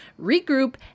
regroup